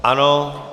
Ano.